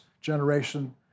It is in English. generation